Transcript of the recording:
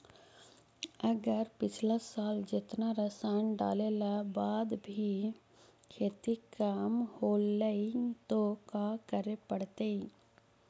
अगर पिछला साल जेतना रासायन डालेला बाद भी खेती कम होलइ तो का करे पड़तई?